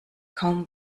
kaum